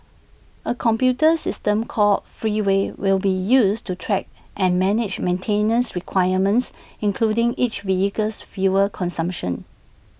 A computer system called Freeway will be used to track and manage maintenance requirements including each vehicle's fuel consumption